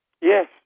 Yes